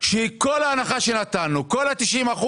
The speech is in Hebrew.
כל ההנחה שנתנו, כל ה-90%,